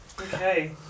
Okay